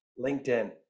LinkedIn